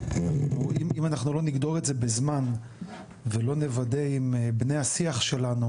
אם לא יגדור בזמן ולא נוודא עם בני השיח שלנו